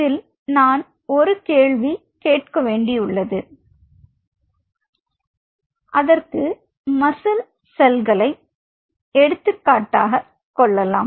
இதில் நான் ஒரு கேள்வி கேட்க வேண்டியுள்ளது அதற்கு செல்களை எடுத்துக்காட்டாகக் கொள்ளலாம்